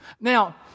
Now